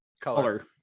Color